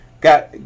Got